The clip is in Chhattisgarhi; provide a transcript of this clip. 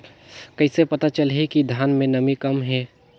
कइसे पता चलही कि धान मे नमी कम हे?